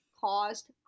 caused